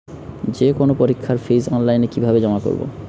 যে কোনো পরীক্ষার ফিস অনলাইনে কিভাবে জমা করব?